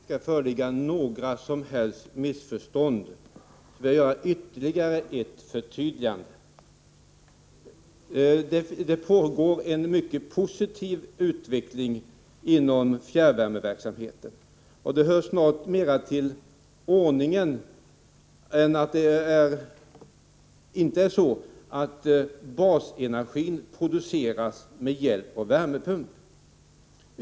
Fru talman! För att det inte skall föreligga några som helst missförstånd vill jag göra ytterligare ett förtydligande. Det pågår en mycket positiv utveckling inom fjärrvärmeverksamheten. Det hör snart till ordningen att basenergin produceras med hjälp av värmepump.